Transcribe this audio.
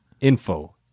info